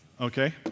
okay